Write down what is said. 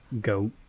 go